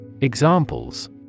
Examples